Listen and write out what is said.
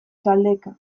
taldeka